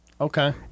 Okay